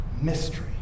mystery